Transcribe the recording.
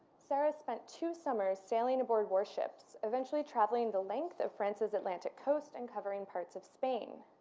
serres spent two summers sailing aboard warships eventually traveling the length of france's atlantic coast and covering parts of spain.